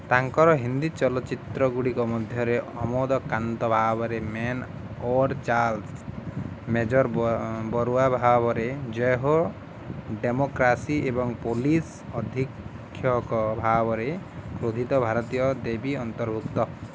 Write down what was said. ତାଙ୍କର ହିନ୍ଦୀ ଚଲଚ୍ଚିତ୍ରଗୁଡ଼ିକ ମଧ୍ୟରେ ଅମୋଦ କାନ୍ତ ଭାବରେ ମେନ୍ ଔର ଚାର୍ଲ୍ସ ମେଜର୍ ବରୁଆ ଭାବରେ ଜୟ ହୋ ଡେମୋକ୍ରାସି ଏବଂ ପୋଲିସ ଅଧୀକ୍ଷକ ଭାବରେ କ୍ରୋଧିତ ଭାରତୀୟ ଦେବୀ ଅନ୍ତର୍ଭୁକ୍ତ